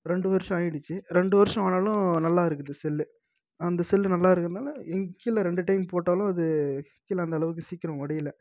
ரெண்டு வருடம் ஆகிடுச்சி ரெண்டு வருடம் ஆனாலும் நல்லா இருக்குது செல்லு அந்த செல்லு நல்லா இருக்கறதுனால் எங் கீழே ரெண்டு டைம் போட்டாலும் அது கீழே அந்த அளவுக்கு சீக்கிரம் உடையில